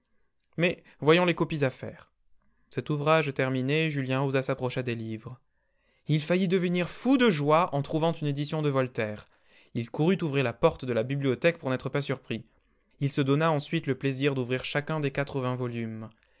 mais voyons les copies à faire cet ouvrage terminé julien osa s'approcher des livres il faillit devenir fou de oie en trouvant une édition de voltaire il courut ouvrir la porte de la bibliothèque pour n'être pas surpris il se donna ensuite le plaisir d'ouvrir chacun des quatre-vingts volumes